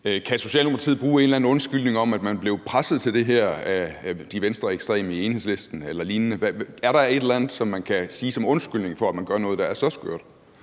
Kan Socialdemokratiet bruge en eller anden undskyldning om, at man blev presset til det her af de venstreekstreme i Enhedslisten eller lignende? Er der et eller andet, som man kan sige som undskyldning for, at man gør noget, der er så skørt?